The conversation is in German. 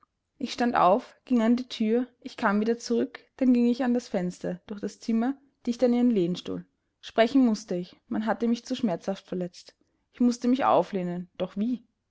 ich stand auf ich ging an die thür ich kam wieder zurück dann ging ich an das fenster durch das zimmer dicht an ihren lehnstuhl sprechen mußte ich man hatte mich zu schmerzhaft verletzt ich mußte mich auflehnen doch wie